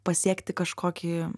pasiekti kažkokį